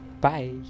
Bye